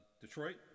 Detroit